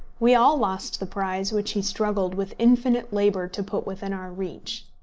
we all lost the prize which he struggled with infinite labour to put within our reach.